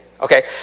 Okay